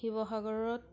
শিৱসাগৰত